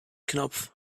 knopf